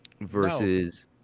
versus